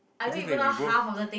is just that we both